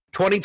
20